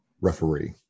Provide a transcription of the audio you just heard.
referee